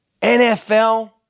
NFL